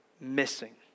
missing